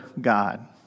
God